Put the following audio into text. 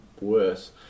worse